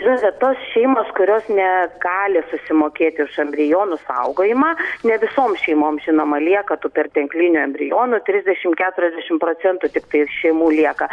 žinote tos šeimos kurios negali susimokėti už embrionų saugojimą ne visom šeimom žinoma lieka tų perteklinių embrionų trisdešim keturiasdešim procentų tiktai šeimų lieka